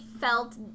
felt